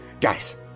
guys